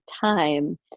time